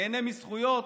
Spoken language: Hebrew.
נהנה מזכויות,